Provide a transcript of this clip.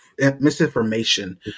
misinformation